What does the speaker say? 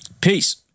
Peace